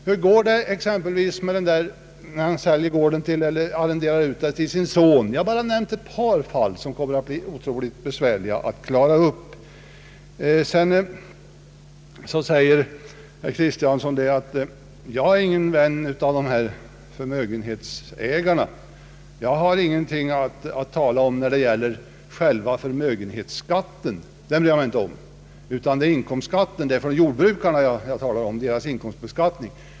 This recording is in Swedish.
Hur går det till exempel när jordbrukaren säljer gården eller arrenderar ut den till sin son? Jag har bara nämnt ett par fall som kommer att bli otroligt besvärliga att klara upp. Herr Axel Kristiansson förklarar att han inte är någon vän av förmögenhetsägarna. Han har ingenting att tala om när det gäller själva förmögenhetsskatten, den bryr han sig inte om, utan det är jordbrukarnas inkomstbeskattning han talar om.